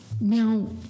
Now